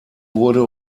wurde